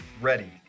ready